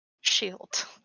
Shield